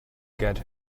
get